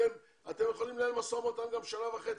אתם יכולים לנהל משא ומתן גם שנה וחצי,